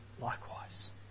likewise